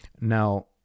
Now